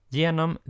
genom